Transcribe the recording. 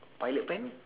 pilot pen